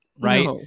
Right